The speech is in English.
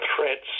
threats